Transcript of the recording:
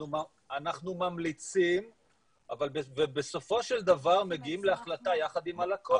אנחנו ממליצים ובסופו של דבר מגיעים להחלטה יחד עם הלקוח.